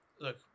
Look